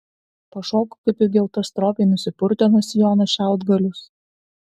pašoko kaip įgelta stropiai nusipurtė nuo sijono šiaudgalius